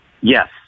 Yes